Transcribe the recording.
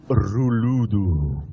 Ruludu